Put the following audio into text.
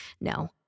No